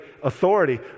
Authority